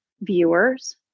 viewers